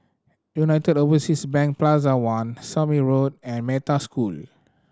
United Overseas Bank Plaza One Somme Road and Metta School